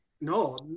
no